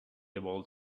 able